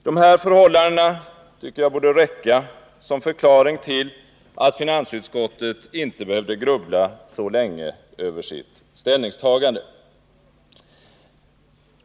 De här förhållandena tycker jag borde räcka som förklaring till att finansutskottet inte behövde grubbla så länge över sitt ställningstagande.